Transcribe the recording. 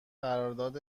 قرارداد